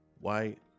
white